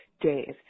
days